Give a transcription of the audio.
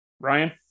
Ryan